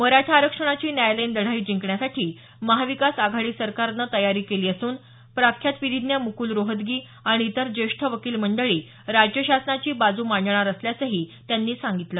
मराठा आरक्षणाची न्यायालयीन लढाई जिंकण्यासाठी महाविकास आघाडी सरकारनं तयारी केली असून प्रख्यात विधीज्ञ मुकूल रोहतगी आणि इतर ज्येष्ठ वकिल मंडळी राज्य शासनाची बाजू मांडणार असल्याचही त्यांनी सांगितलं